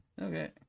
Okay